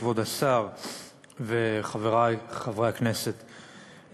כבוד השר וחברי חברי הכנסת,